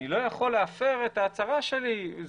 אני לא יכול להפר את ההצהרה שלי.